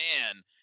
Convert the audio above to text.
man